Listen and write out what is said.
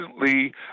recently